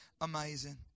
amazing